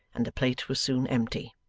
and the plate was soon empty.